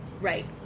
right